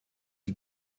die